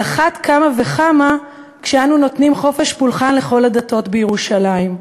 על אחת כמה וכמה כשאנו נותנים חופש פולחן לכל הדתות בירושלים.